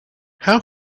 how